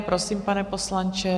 Prosím, pane poslanče.